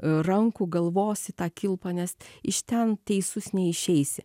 rankų galvos į tą kilpą nes iš ten teisus neišeisi